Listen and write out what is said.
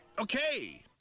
Okay